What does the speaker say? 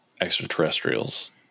extraterrestrials